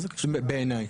בעיניי.